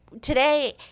today